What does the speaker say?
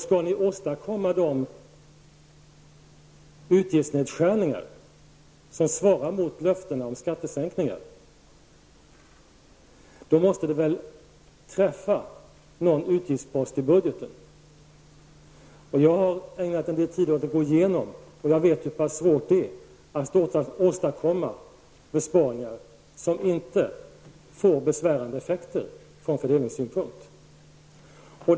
Skall ni åstadkomma de utgiftsnedskärningar som svarar mot löftena om skattesänkningar, så måste det väl träffa någon utgiftspost i budgeten. Jag har ägnat en del tid åt att gå igenom detta, och jag vet hur pass svårt det är att åstadkomma besparingar som inte får besvärande effekter ur fördelningssynpunkt.